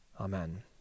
Amen